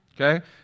okay